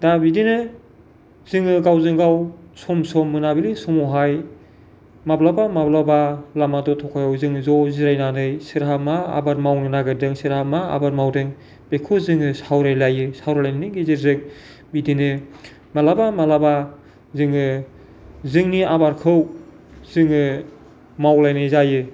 दा बिदिनो जोङो गावजों गाव सम सम मोनाबिलि समावहाय माब्लाबा माब्लाबा लामा दथखायाव जों ज' जिरायनानै सोरहा मा आबाद मावनो नागिरदों सोरहा मा आबाद मावदों बेखौ जोङो सावरायलायो सावरायनायनि गेजेरजों बिदिनो माब्लाबा माब्लाबा जोङो जोंनि आबादखौ जोङो मावलायनाय जायो